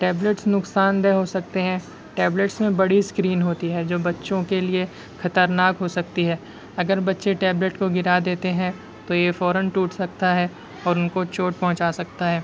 tablets نقصان دہ ہو سکتے ہیں ٹیبلیٹس میں بڑی اسکرین ہوتی ہے جو بچوں کے لئے خطرناک ہو سکتی ہے اگر بچے ٹیبلیٹ کو گرا دیتے ہیں تو یہ فوراً ٹوٹ سکتا ہے اور ان کو چوٹ پہنچا سکتا ہے